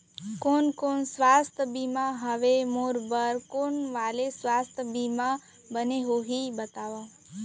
कोन कोन स्वास्थ्य बीमा हवे, मोर बर कोन वाले स्वास्थ बीमा बने होही बताव?